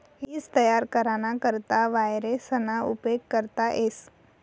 ईज तयार कराना करता वावरेसना उपेग करता येस